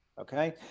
Okay